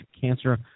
Cancer